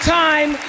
time